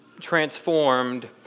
transformed